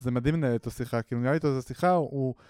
זה מדהים לנהל איתו שיחה, כאילו ניהלתי איתו שיחה הוא